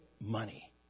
money